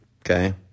okay